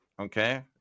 Okay